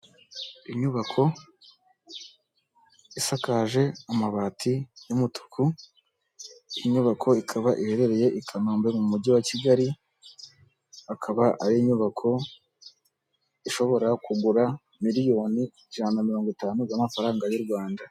Inyubako isakaje amabati y'umutuku, iyi nyubako ikaba iherereye i kanombe mu mujyi wa Kigali akaba ari inyubako ishobora kugura miliyoni ijana na mirongo itanu z'amafaranga y'u Rwanda.